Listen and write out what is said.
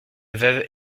veuve